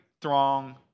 throng